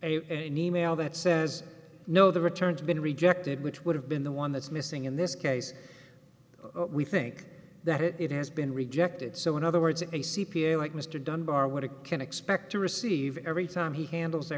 in email that says no the returns been rejected which would have been the one that's missing in this case we think that it has been rejected so in other words a c p a like mr dunbar would have can expect to receive every time he handles